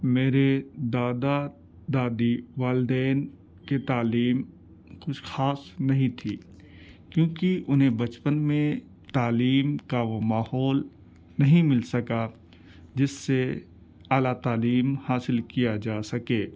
میرے دادا دادی والدین کی تعلیم کچھ خاص نہیں تھی کیوں کہ انہیں بچپن میں تعلیم کا وہ ماحول نہیں مل سکا جس سے اعلیٰ تعلیم حاصل کیا جا سکے